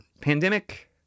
pandemic